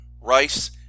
rice